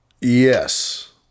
Yes